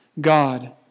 God